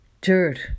dirt